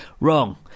Wrong